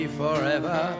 forever